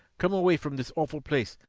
come away from this awful place!